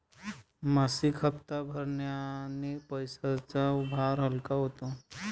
मासिक हप्ता भरण्याने पैशांचा भार हलका होतो